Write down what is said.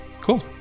cool